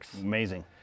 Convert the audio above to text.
Amazing